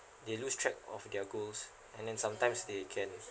they lose track of their goals and then sometimes they can